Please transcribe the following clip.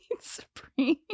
Supreme